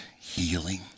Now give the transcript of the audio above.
Healing